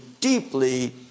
deeply